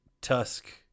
Tusk